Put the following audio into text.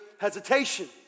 hesitation